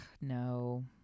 No